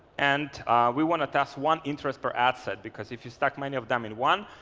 and we want to test one interest per ad set because if you stacked many of them in one,